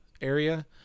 area